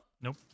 Nope